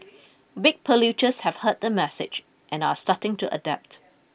big polluters have heard the message and are starting to adapt